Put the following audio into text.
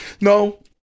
No